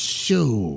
show